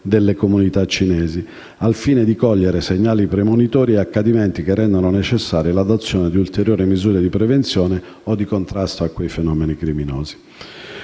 delle comunità cinesi, al fine di cogliere segnali premonitori e accadimenti che rendano necessaria l'adozione di ulteriori misure di prevenzione o contrasto dei fenomeni criminosi.